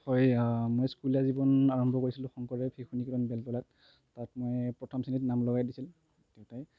হয় মই স্কুলীয়া জীৱন আৰম্ভ কৰিছিলোঁ শংকৰদেৱ শিশু নিকেতন বেলতলাত তাত মই প্ৰথম শ্ৰেণীত নাম লগাই দিছিল দেউতাই